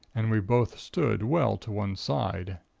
and we both stood well to one side.